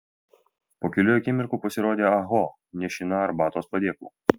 po kelių akimirkų pasirodė ah ho nešina arbatos padėklu